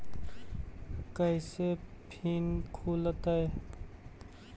कैसे फिन खुल तय?